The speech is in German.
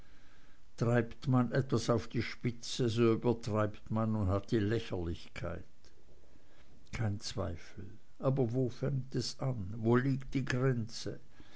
treibt man etwas auf die spitze so übertreibt man und hat die lächerlichkeit kein zweifel aber wo fängt es an wo liegt die grenze